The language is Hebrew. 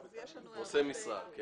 נושא משרה.